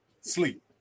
sleep